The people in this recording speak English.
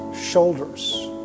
shoulders